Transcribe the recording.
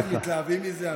איך הם מתלהבים מזה.